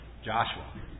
Joshua